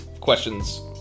questions